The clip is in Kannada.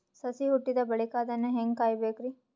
ಸಸಿ ಹುಟ್ಟಿದ ಬಳಿಕ ಅದನ್ನು ಹೇಂಗ ಕಾಯಬೇಕಿರಿ?